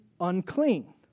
unclean